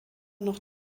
noch